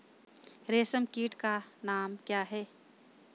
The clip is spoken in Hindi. रेशम कीट का नाम क्या है?